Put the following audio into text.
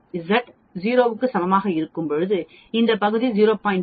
Z 0 க்கு சமமாக இருக்கும்போது இந்த பகுதி 0